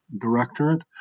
Directorate